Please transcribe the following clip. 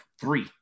three